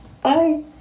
Bye